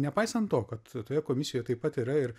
nepaisant to kad toje komisijoje taip pat yra ir